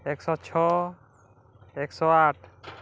ଏକ୍ଶ ଛଅ ଏକ୍ଶ ଆଠ